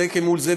זה מול זה,